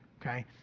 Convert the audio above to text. okay